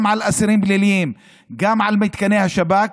גם על אסירים פליליים וגם על מתקני השב"כ.